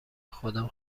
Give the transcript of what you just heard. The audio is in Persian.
خودم